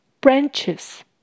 Branches